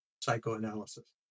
Psychoanalysis